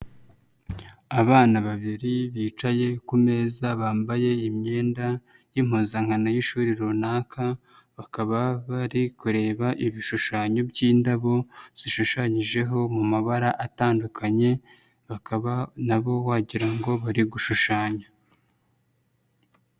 Abana babiri bicaye ku meza bambaye imyenda y'impuzankano y'ishuri runaka bakaba bari kureba ibishushanyo by'indabo zishushanyijeho mu mabara atandukanye, bakaba na bo wagira ngo bari gushushanya.